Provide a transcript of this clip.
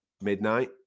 midnight